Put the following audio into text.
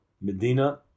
Medina